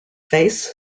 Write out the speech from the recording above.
face